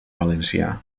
valencià